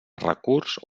recurs